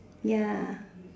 ya